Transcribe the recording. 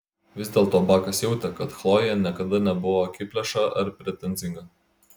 vis dėlto bakas jautė kad chlojė niekada nebuvo akiplėša ar pretenzinga